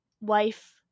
wife